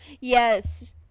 Yes